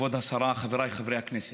כבוד השרה, חבריי חברי הכנסת,